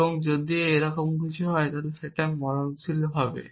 এবং যদি কিছু হয় তাহলে সেটাও মরণশীল হবে